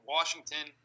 Washington